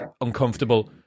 uncomfortable